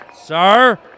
Sir